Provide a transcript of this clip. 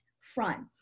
front